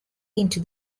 into